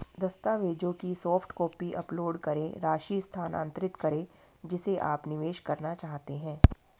दस्तावेजों की soft copy upload करें, राशि स्थानांतरित करें जिसे आप निवेश करना चाहते हैं